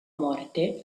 morte